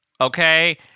okay